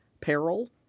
peril